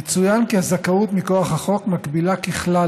יצוין כי הזכאות מכוח החוק מקבילה ככלל